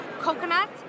coconut